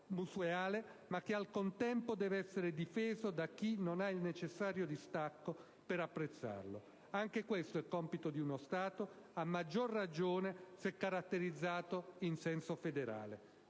ma che al contempo deve essere difeso da chi non ha il necessario distacco per apprezzarlo. Anche questo è compito di uno Stato, a maggior ragione se caratterizzato in senso federale.